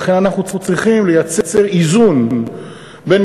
לכן אנחנו צריכים לייצר איזון בין,